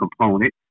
component